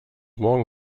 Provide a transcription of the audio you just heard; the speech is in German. morgen